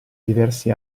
diversi